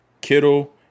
Kittle